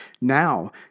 Now